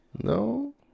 No